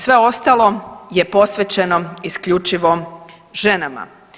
Sve ostalo je posvećeno isključio ženama.